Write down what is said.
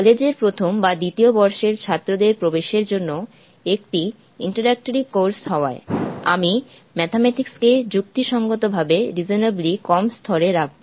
college এর প্রথম বা দ্বিতীয় বর্ষের ছাত্রদের প্রবেশের জন্য একটি ইন্ট্রোডাক্টরি কোর্স হওয়ায় আমি ম্যাথমেটিক্স কে যুক্তিসঙ্গতভাবে কম স্তর এ রাখব